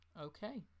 okay